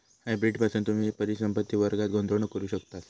hybrid पासून तुम्ही परिसंपत्ति वर्गात गुंतवणूक करू शकतास